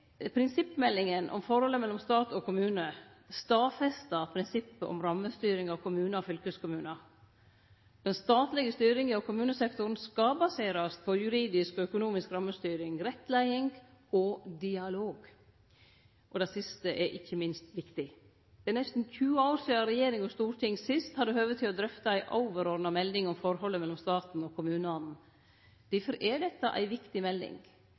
Prinsippmeldinga om forholdet mellom stat og kommune stadfestar prinsippet om rammestyring av kommunar og fylkeskommunar. Den statlege styringa av kommunesektoren skal baserast på juridisk og økonomisk rammestyring, rettleiing og dialog. Det siste er ikkje minst viktig. Det er nesten 20 år sidan regjering og storting sist hadde høve til å drøfte ei overordna melding om forholdet mellom staten og kommunane. Difor er dette ei viktig melding.